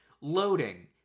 loading